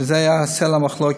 שזה היה סלע המחלוקת,